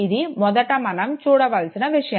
ఇది మొదట మనం చూడవల్సిన విషయం